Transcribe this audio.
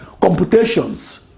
computations